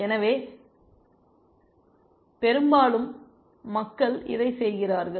எனவே பெரும்பாலும் மக்கள் இதைச் செய்கிறார்கள்